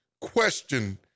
question